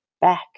back